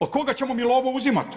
Od koga ćemo mi lovu uzimat?